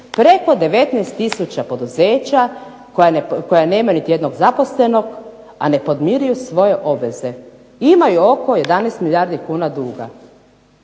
preko 19000 poduzeća koja nemaju niti jednog zaposlenog, a ne podmiruju svoje obveze. Imaju oko 11 milijardi kuna duga.